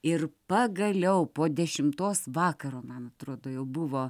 ir pagaliau po dešimtos vakaro man atrodo jau buvo